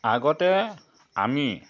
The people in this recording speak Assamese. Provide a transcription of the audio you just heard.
আগতে আমি